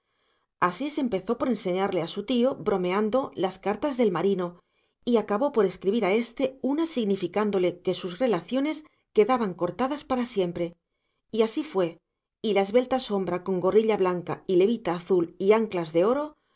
muchacha asís empezó por enseñarle a su tío bromeando las cartas del marino y acabó por escribir a este una significándole que sus relaciones quedaban cortadas para siempre y así fue y la esbelta sombra con gorrilla blanca y levita azul y anclas de oro